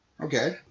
okay